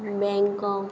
Bangkok